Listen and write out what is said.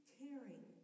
caring